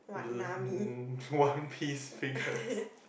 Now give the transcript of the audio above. one piece figure